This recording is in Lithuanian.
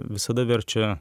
visada verčia